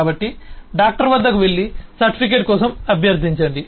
కాబట్టి డాక్టర్ వద్దకు వెళ్లి సర్టిఫికేట్ కోసం అభ్యర్థించండి